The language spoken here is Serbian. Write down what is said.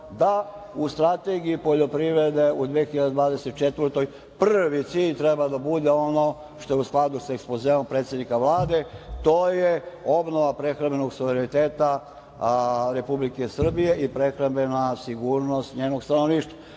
da u Strategiji poljoprivrede u 2024. godini prvi cilj treba da bude ono što je u skladu sa ekspozeom predsednika Vlade, a to je obnova prehrambenog suvereniteta Republike Srbije i prehrambena sigurnost njenog stanovništva. Takođe,